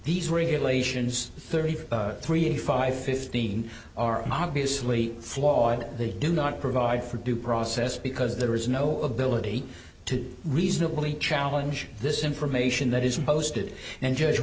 these regulations thirty three eighty five fifteen are obviously flawed they do not provide for due process because there is no ability to reasonably challenge this information that is posted and judge